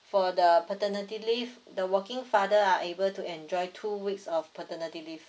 for the paternity leave the working father are able to enjoy two weeks of paternity leave